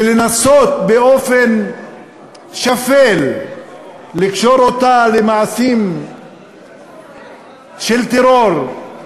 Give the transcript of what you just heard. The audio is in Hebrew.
ולנסות באופן שפל לקשור אותה למעשים של טרור,